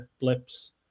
blips